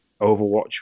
overwatch